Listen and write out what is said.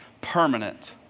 permanent